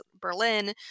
berlin